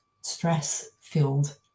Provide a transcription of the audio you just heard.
stress-filled